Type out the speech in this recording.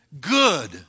good